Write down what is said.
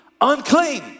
unclean